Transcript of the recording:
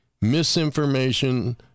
misinformation